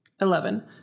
Eleven